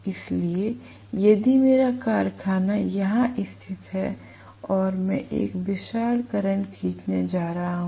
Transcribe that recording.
इसलिए यदि मेरा कारखाना यहां स्थित है और मैं एक विशाल करंट खींचने जा रहा हूं